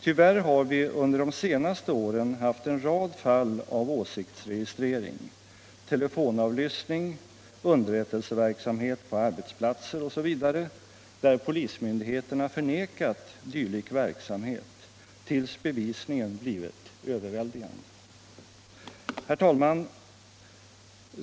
Tyvärr har vi under de senaste åren haft en rad fall av åsiktsregistrering — telefonavlyssning, underrättelseverksamhet på arbetsplatser osv. — där polismyndigheterna förnekat dylik verksamhet tills bevisningen blivit överväldigande. Herr talman!